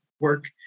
work